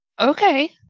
okay